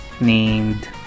named